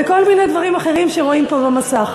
וכל מיני דברים אחרים שרואים פה במסך.